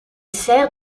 sert